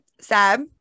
sab